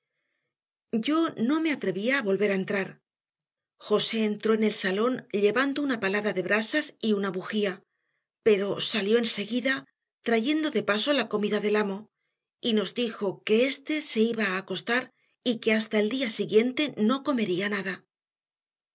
yo no me atrevía a volver a entrar josé entró en el salón llevando una palada de brasas y una bujía pero salió enseguida trayendo de paso la comida del amo y nos dijo que éste se iba a acostar y que hasta el día siguiente no comería nada